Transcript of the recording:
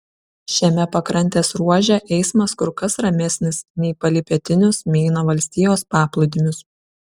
šiame pakrantės ruože eismas kur kas ramesnis nei palei pietinius meino valstijos paplūdimius